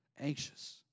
Anxious